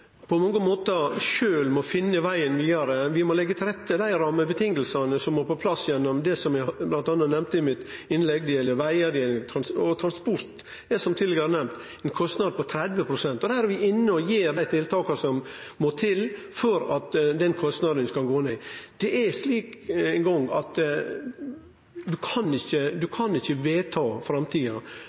på mange måtar sjølv må finne vegen vidare. Vi må leggje til rette dei rammevilkåra som må på plass, gjennom det som eg m.a. nemnde i innlegget mitt. Det gjeld vegar, det gjeld transport, og transport er, som tidlegare nemnt, ein kostnad på 30 pst. Der er vi inne og gjer dei tiltaka som må til for at kostnaden skal gå ned. Det er slik at ein kan ikkje